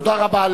תודה רבה.